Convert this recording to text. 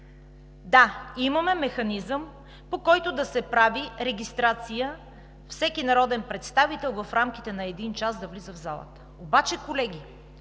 Да, имаме механизъм, по който да се прави регистрация – всеки народен представител в рамките на един час да влиза в залата. Обаче, колеги,